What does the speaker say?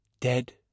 Dead